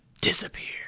disappear